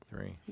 three